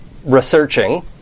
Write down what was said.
researching